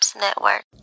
Network